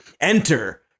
Enter